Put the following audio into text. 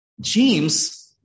James